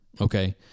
okay